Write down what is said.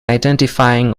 identifying